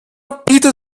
bietet